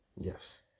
Yes